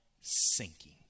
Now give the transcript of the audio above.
sinking